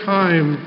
time